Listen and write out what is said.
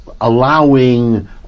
allowing